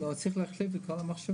לא, צריך להחליף את כל המכשירים.